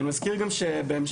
אני מזכיר שבהמשך,